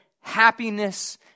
Happiness